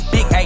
Big